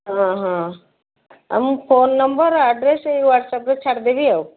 ହଁ ଆଉ ମୁଁ ଫୋନ୍ ନମ୍ବର ଆଡ଼୍ରେସ୍ ଏଇ ହ୍ଵାଟସଆପ୍ରେ ଛାଡ଼ି ଦେବି ଆଉ